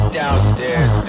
downstairs